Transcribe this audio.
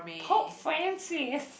Pope-Francis